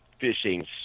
fishing